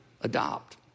adopt